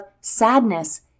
sadness